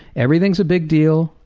everything is a big deal,